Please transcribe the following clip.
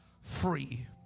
free